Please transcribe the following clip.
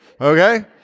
okay